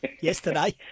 yesterday